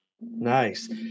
Nice